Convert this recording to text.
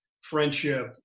friendship